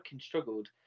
struggled